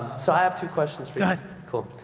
so, i have two questions for yeah